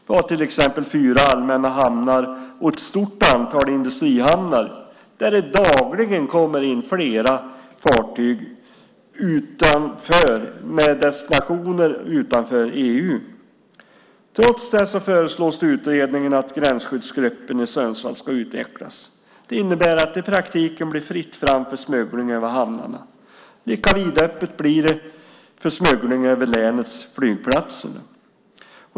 Vi har till exempel fyra allmänna hamnar och ett stort antal industrihamnar där det dagligen kommer in flera fartyg med destinationer utanför EU. Trots det föreslås det i utredningen att gränsskyddsgruppen i Sundsvall ska avvecklas. Det innebär att det i praktiken blir fritt fram för smuggling över hamnarna. Lika vidöppet blir det för smuggling över länets flygplatser.